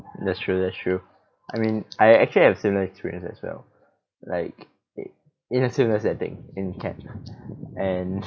that's true that's true I mean I actually I've similar experience as well like in a similar setting in camp and